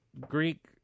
greek